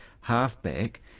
halfback